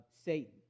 Satan